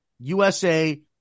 USA